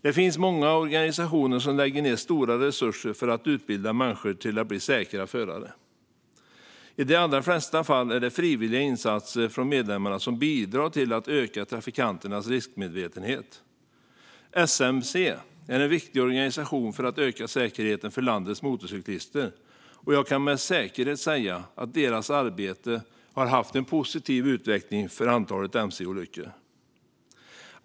Det finns många organisationer som lägger ned stora resurser för att utbilda människor till att bli säkrare förare. I de allra flesta fall är det frivilliga insatser från medlemmarna som bidrar till att öka trafikanternas riskmedvetenhet. SMC är en viktig organisation för att öka säkerheten för landets motorcyklister, och jag kan med säkerhet säga att deras arbete har inneburit en positiv utveckling för antalet mc-olyckor.